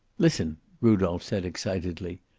listen! rudolph said, excitedly.